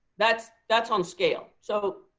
that's that's on scale. so